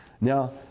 Now